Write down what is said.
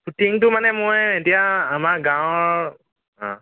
শ্বুটিঙটো মানে মই এতিয়া আমাৰ গাঁৱৰ